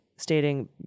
stating